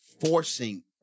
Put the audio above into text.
forcing